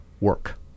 work